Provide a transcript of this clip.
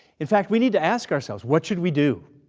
in fact we need to ask ourselves, what should we do?